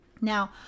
Now